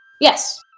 Yes